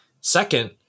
Second